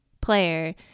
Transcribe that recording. player